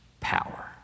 power